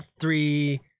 three